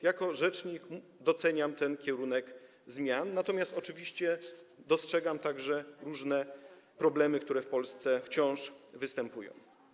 Jako rzecznik doceniam ten kierunek zmian, natomiast oczywiście dostrzegam także różne problemy, które w Polsce wciąż występują.